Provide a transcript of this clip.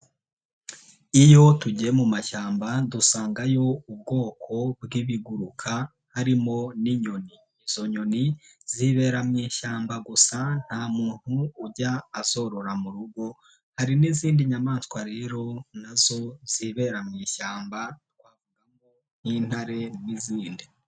Iyo tugiye mu mashyamba dusangayo ubwoko bw'ibiguruka harimo n'inyoni, izo nyoni zibera mu ishyamba gusa nta muntu ujya azorora mu rugo, hari n'izindi nyamanswa rero na zo zibera mu ishyamba nk'intare n'izindi.